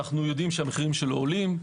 אנו יודעים שמחיריו עולים.